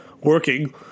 working